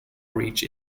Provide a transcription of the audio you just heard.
reached